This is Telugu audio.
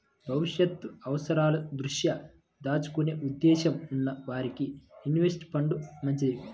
భవిష్యత్తు అవసరాల దృష్ట్యా దాచుకునే ఉద్దేశ్యం ఉన్న వారికి ఇన్వెస్ట్ ఫండ్లు మంచివి